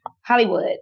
Hollywood